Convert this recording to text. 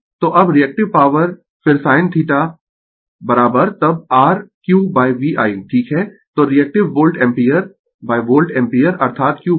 तो अब reactive power फिर sin θ तब r QVI ठीक है तो reactive volt ampere volt ampere अर्थात QVI ठीक है